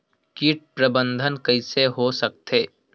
कीट प्रबंधन कइसे हो सकथे?